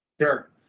Sure